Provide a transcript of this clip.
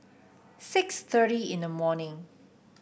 six thirty in the morning